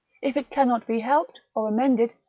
if it cannot be helped, or amended,